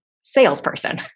salesperson